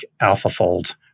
AlphaFold